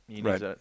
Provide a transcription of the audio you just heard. Right